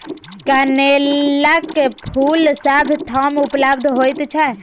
कनेलक फूल सभ ठाम उपलब्ध होइत छै